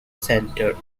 centre